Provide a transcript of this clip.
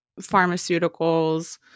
pharmaceuticals